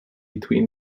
between